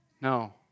No